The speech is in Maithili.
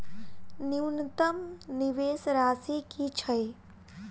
न्यूनतम निवेश राशि की छई?